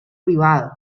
privado